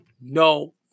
no